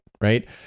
right